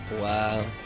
Wow